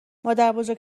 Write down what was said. مادربزرگ